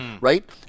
right